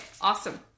awesome